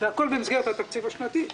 והכול במסגרת התקציב השנתי.